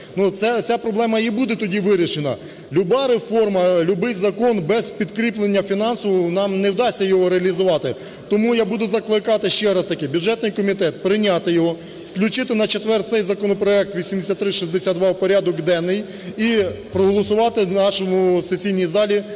ця проблема і буде тоді вирішена. Люба реформа, любий закон без підкріплення фінансового, нам не вдасться його реалізувати. Тому я буду закликати, ще раз таки, бюджетний комітет прийняти його, включити на четвер цей законопроект 8362 в порядок денний і проголосувати в нашій сесійній залі